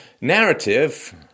narrative